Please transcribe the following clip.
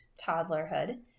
toddlerhood